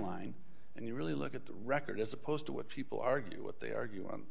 timeline and you really look at the record as opposed to what people argue what they argue on